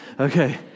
Okay